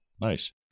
Nice